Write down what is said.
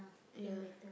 ya